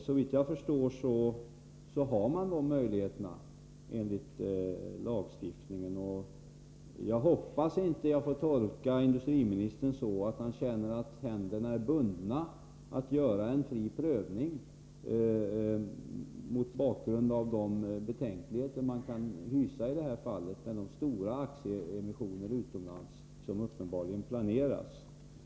Såvitt jag förstår har regeringen sådana möjligheter enligt lagstiftningen. Jag hoppas att jag inte skall tolka industriministerns svar så att han känner att hans händer är bundna när det gäller att göra en fri prövning mot bakgrund av de betänkligheter man kan hysa i detta fall, med de stora aktieemissioner utomlands som uppenbarligen planeras.